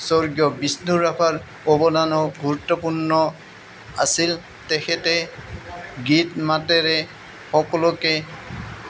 স্বৰ্গীয় বিষ্ণু ৰাভাৰ অৱদান গুৰুত্বপূৰ্ণ আছিল তেখেতে গীত মাতেৰে সকলোকে